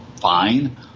fine